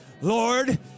Lord